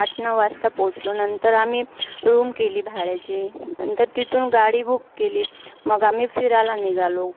आठ नऊ वाजता पोचलो नंतर आम्ही रूम केली भाड्याची नंतर तिथून गाडी बुक केली मग आम्ही फिरायला निघालो